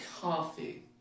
coffee